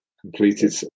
Completed